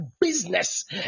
business